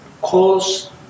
cause